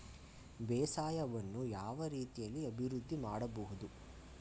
ಬೇಸಾಯವನ್ನು ಯಾವ ರೀತಿಯಲ್ಲಿ ಅಭಿವೃದ್ಧಿ ಮಾಡಬಹುದು?